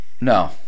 no